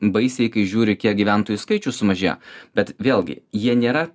baisiai kai žiūri kiek gyventojų skaičius sumažėjo bet vėlgi jie nėra